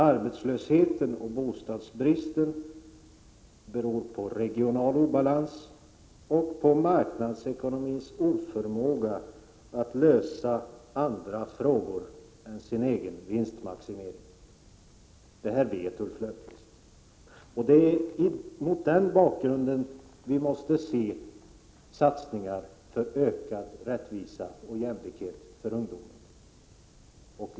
Arbetslösheten och bostadsbristen beror på regional obalans och på marknadsekonomins oförmåga att lösa andra frågor än sin egen vinstmaximering. Det här vet Ulf Lönnqvist, och det är mot den bakgrunden vi måste se satsningar för ökad rättvisa och jämlikhet för ungdomen.